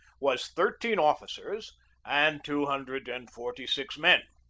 was thirteen officers and two hundred and forty-six men.